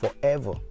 forever